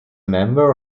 member